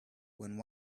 when